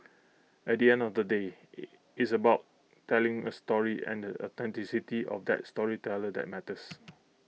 at the end of the day it's about telling A story and A of that storyteller that matters